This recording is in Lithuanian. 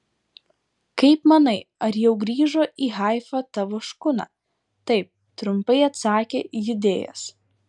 kaip manai ar jau grįžo į haifą tavo škuna taip trumpai atsakė judėjas